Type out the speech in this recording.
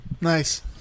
Nice